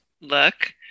look